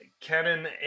canon